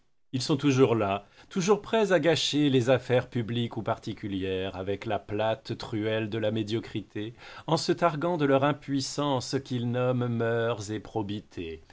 ils sont toujours là toujours prêts à gâcher les affaires publiques ou particulières avec la plate truelle de la médiocrité en se targuant de leur impuissance qu'ils nomment mœurs et probité